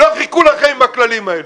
לא חיכו לכם עם הכללים האלה.